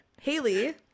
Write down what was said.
Haley